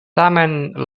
tamen